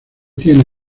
tiene